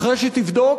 אחרי שתבדוק,